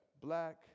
black